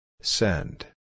Send